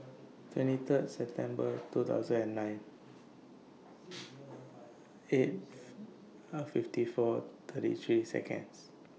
twenty Third September two thousand and nine eighth fifty four thirty three Seconds